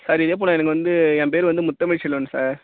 sir இதே போல் எனக்கு வந்து ஏன் பேர் வந்து முத்தமிழ்செல்வன் சார்